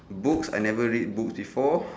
books I never read books before